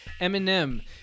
Eminem